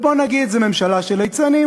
ובוא נגיד: זאת ממשלה של ליצנים,